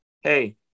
hey